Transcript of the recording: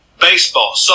baseball